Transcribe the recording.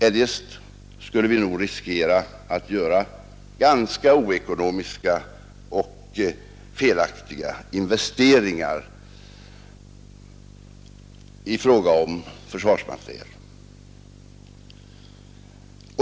Eljest skulle vi riskera att göra oekonomiska och felaktiga investeringar i försvarsmateriel.